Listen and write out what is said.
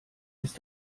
ist